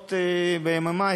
שעות ביממה